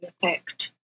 effect